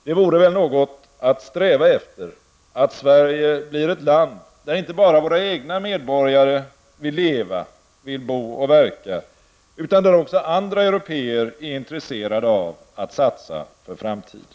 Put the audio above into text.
Det vore väl något att sträva efter att Sverige blir ett land, där inte bara våra egna medborgare vill leva, bo och verka, utan där också andra européer är intresserade av att satsa för framtiden!